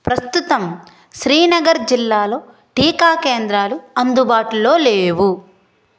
ప్రస్తుతం శ్రీనగర్ జిల్లాలో టీకా కేంద్రాలు అందుబాటులో లేవు